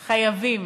חייבים,